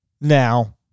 Now